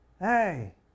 hey